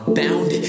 bound